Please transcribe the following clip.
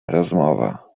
rozmowa